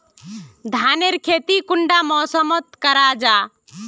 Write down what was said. धानेर खेती कुंडा मौसम मोत करा जा?